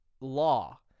law